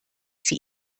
sie